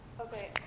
Okay